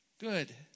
good